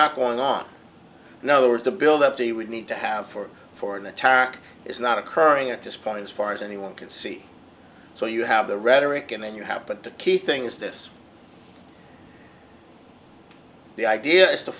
not going on you know or to build up they would need to have for for an attack is not occurring at this point as far as anyone can see so you have the rhetoric and then you have but the key thing is this the idea is to